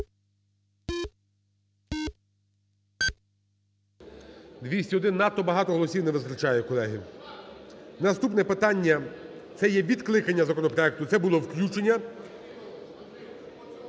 201. Надто багато голосів не вистачає, колеги. Наступне питання це є відкликання законопроекту. Це було включення…